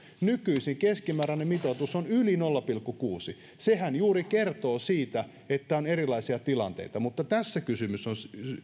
keskimääräinen mitoitus on yli nolla pilkku kuudennen sehän juuri kertoo siitä että on erilaisia tilanteita mutta tässä kysymys on